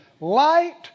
light